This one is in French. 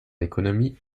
l’économie